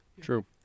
True